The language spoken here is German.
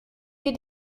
wir